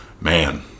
Man